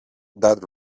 that